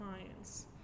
clients